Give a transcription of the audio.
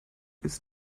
ist